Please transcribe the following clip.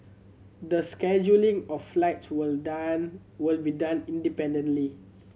the scheduling of flights will done will be done independently